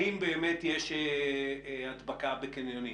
האם באמת יש הדבקה בקניונים,